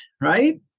Right